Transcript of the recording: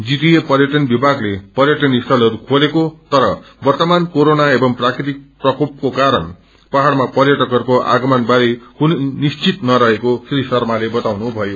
GTA पर्यटन विभागले पर्यटन स्थलहरू खोलेको तर वर्तमान क्वेरोना एवं प्राकृतिक प्रकोपको कारण पहाइमा पर्यटकहरूको आगमन बारे कुनै निश्वित नहरेको श्री शम्पले बताउनु भयो